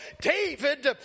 David